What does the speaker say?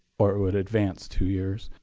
or it would advance two years,